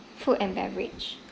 food and beverage